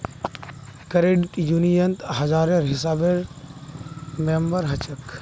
credit यूनियनत हजारेर हिसाबे मेम्बर हछेक